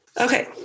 Okay